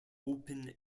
open